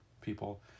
people